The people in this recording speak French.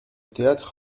théâtre